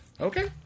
okay